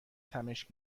تمشک